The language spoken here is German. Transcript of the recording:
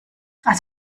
als